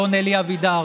אדון אלי אבידר,